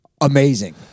amazing